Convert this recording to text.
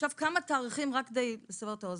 עכשיו כמה תאריכים רק כדי לסבר את האוזן.